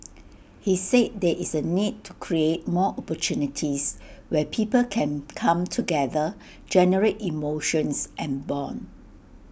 he said there is A need to create more opportunities where people can come together generate emotions and Bond